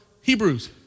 Hebrews